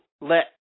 let